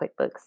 QuickBooks